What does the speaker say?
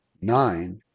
Nine